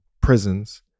prisons